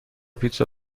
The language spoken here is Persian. پیتزا